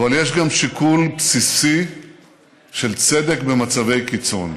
אבל יש גם שיקול בסיסי של צדק במצבי קיצון.